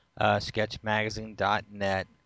sketchmagazine.net